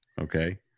Okay